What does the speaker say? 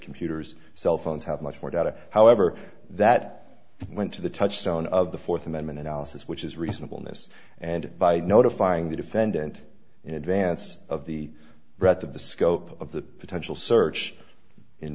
computers cell phones have much more data however that went to the touchstone of the fourth amendment analysis which is reasonable in this and by notifying the defendant in advance of the breadth of the scope of the potential search in